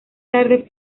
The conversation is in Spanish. tarde